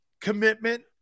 commitment